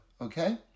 okay